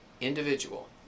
individual